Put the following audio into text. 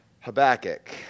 Habakkuk